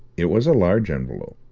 it was a large envelope,